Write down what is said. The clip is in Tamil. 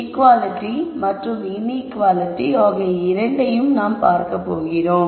ஈக்குவாலிட்டி மற்றும் இன்ஈக்குவாலிட்டி ஆகிய இரண்டையும் நாம் பார்க்கப் போகிறோம்